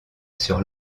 sur